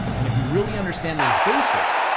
and if you really understand these basics,